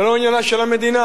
זה לא עניינה של המדינה.